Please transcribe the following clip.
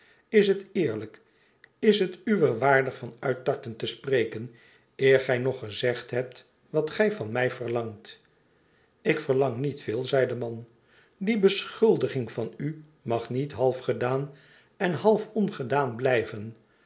is het eerlijk is het uwer waardig vanuittarten te spreken eer gij nog gezegd hebt wat gij van mij verlangt ik verlang niet veel zei de man die beschuldiging van u mag niet half gedaan en half ongedaan blijven